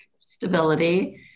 stability